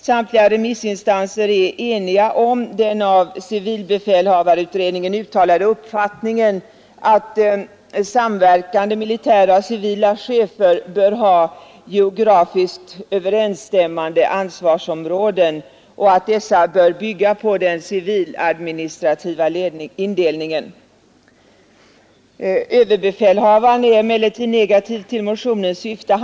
Samtliga remissinstanser är eniga om den av civilbefälhavareutredningen uttalade uppfattningen att samverkande militära och civila chefer bör ha geografiskt överensstämmande ansvarsområden och att dessa bör bygga på den civiladministrativa indelningen. Överbefälhavaren är emellertid negativ till motionens syften.